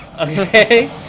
Okay